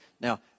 Now